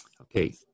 okay